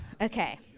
okay